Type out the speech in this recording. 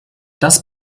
das